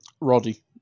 Roddy